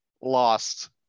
lost